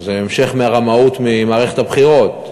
זה המשך הרמאות ממערכת הבחירות,